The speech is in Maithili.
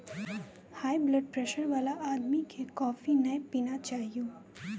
हाइब्लडप्रेशर वाला आदमी कॅ कॉफी नय पीना चाहियो